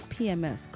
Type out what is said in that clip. PMS